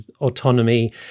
autonomy